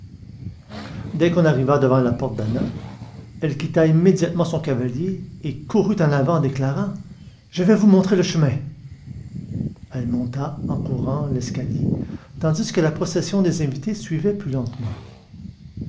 dès qu'on arriva devant la porte d'anna elle quitta immédiatement son cavalier et courut en avant en déclarant je vais vous montrer le chemin elle monta en courant l'escalier tandis que la procession des invités suivait plus lentement